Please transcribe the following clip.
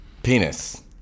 Penis